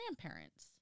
grandparents